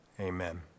amen